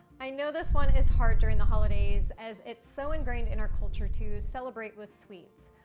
i know this one is hard during the holidays as it's so ingrained in our culture to celebrate with sweets.